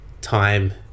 time